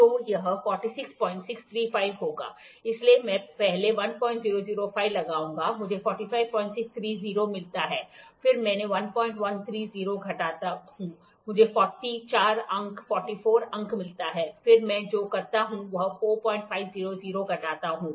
तो यह 46635 होगा इसलिए मैं पहले 1005 लगाऊंगा मुझे 45630 मिलता है फिर मैं 1130 घटाता हूं मुझे 40 चार अंक 44 अंक मिलता है फिर मैं जो करता हूं वह 4500 घटाता हूं